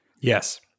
Yes